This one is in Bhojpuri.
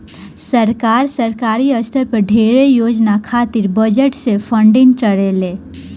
सरकार, सरकारी स्तर पर ढेरे योजना खातिर बजट से फंडिंग करेले